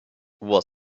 was